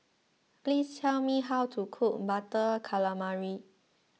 please tell me how to cook Butter Calamari